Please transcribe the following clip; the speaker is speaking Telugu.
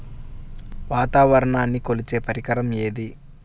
వాతావరణాన్ని కొలిచే పరికరం ఏది?